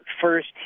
first